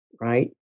Right